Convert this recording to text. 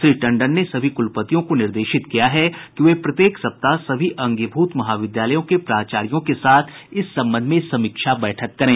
श्री टंडन ने सभी कुलपतियों को निर्देशित किया है कि वे प्रत्येक सप्ताह सभी अंगीभूत महाविद्यालयों के प्राचार्यों के साथ इस संबंध में समीक्षा बैठक करें